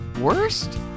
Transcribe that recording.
worst